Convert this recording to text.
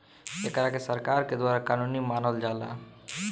एकरा के सरकार के द्वारा कानूनी मानल जाला